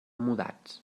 mudats